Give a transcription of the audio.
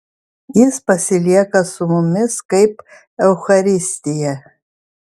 jis pasilieka su mumis kaip eucharistija